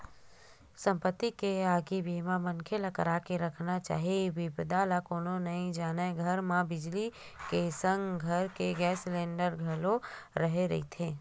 संपत्ति के आगी बीमा मनखे ल करा के रखना चाही बिपदा ल कोनो नइ जानय घर म बिजली के संग घर म गेस सिलेंडर घलोक रेहे रहिथे